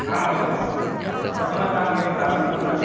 आं महोदय प्रथमस्थानमेव प्राप्तं तत्र